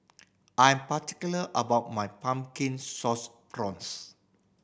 I am particular about my Pumpkin Sauce Prawns